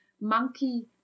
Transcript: monkey